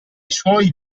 suoi